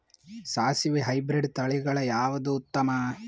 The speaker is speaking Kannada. ಸಾಸಿವಿ ಹೈಬ್ರಿಡ್ ತಳಿಗಳ ಯಾವದು ಉತ್ತಮ?